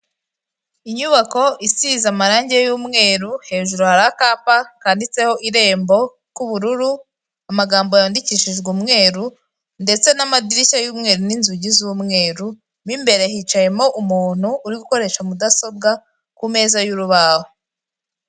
Inyubako isize amarange y'umweru, hejuru hari akapa kanditseho irembo k'ubururu, amagambo yandikishijwe umweru ndetse n'amadirishya y'umweru n'inzugi z'umweru, mobimbere hicayemo umuntu uri gukoresha mudasobwa ku meza y'urubaho.